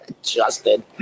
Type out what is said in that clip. Justin